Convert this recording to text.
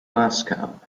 moscow